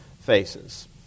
faces